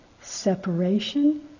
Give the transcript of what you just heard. separation